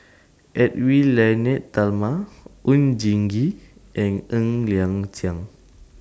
Edwy Lyonet Talma Oon Jin Gee and Ng Liang Chiang